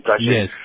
yes